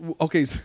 Okay